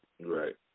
Right